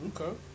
Okay